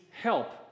help